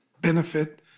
benefit